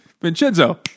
Vincenzo